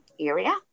area